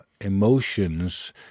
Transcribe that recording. emotions